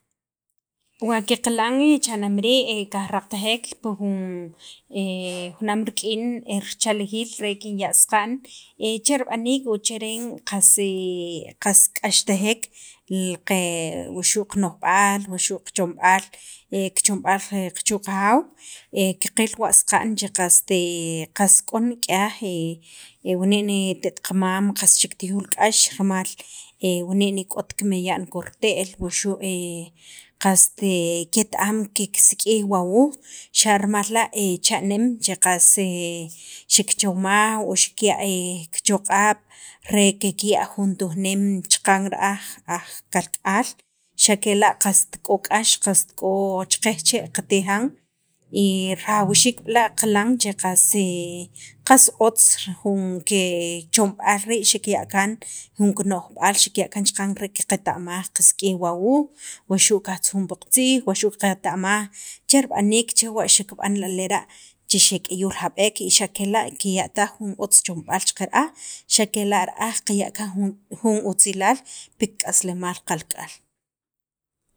wa qilan cha'nem rii' qajraqatajek pi jun junaam rik'in richaljiil re kinya' saqa'n e cher b'aniik o cheren qas k'axtajek li qe wuxu' li qano'jb'aal wuxu' qachomb'aal kichomb'al chu' qajaaw qaqil wa saqa'n che qast k'o nik'yaj wuni' ne tr't qamam xaq xiktijuul k'ax rimal wani' ne k'ot kimeyan korte'l qas ket- am kiksik'ij wa wuuj xa'rimal la' chanem che qas xikchomaj o xikya' kichoq'ab' re kikya' jun tujneem chaqan ra'aj aj kalk'aal xa' kela' qast k'o k'ax, qast k'o cheqej che' qatijan y rajawxiik b'la qilan che qas otz jun ke kechomb'al rii' xikiya' kaan, jun kino'jb'aal xikiya' kaan chaqan re qaqeta'maj qasik'ij wa wuuj wuxu' kajtzujun pi qatziij waxu' qaqeta'man che rib'aniik chewa' xikib'an lera' che xek'iyuul jab'eek y xa' kela' kiya'taj jun otz chomb'aal chaqa ra'aj, xa' kela' ra'aj qaya' jun jun otzilaal pi kik'aslemaal qalk'aal